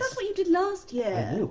that's what you did last year!